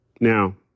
Now